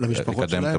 למשפחות?